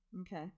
Okay